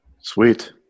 Sweet